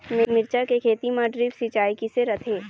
मिरचा के खेती म ड्रिप सिचाई किसे रथे?